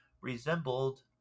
resembled